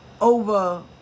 Over